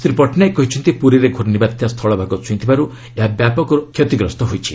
ଶ୍ରୀ ପଟ୍ଟନାୟକ କହିଛନ୍ତି ପୁରୀରେ ଘ୍ରର୍ଷିବାତ୍ୟା ସ୍ଥଳଭାଗ ଛୁଇଁଥିବାରୁ ଏହା ବ୍ୟାପକ ରୂପ କ୍ଷତିଗ୍ରସ୍ତ ହୋଇଛି